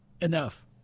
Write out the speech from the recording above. enough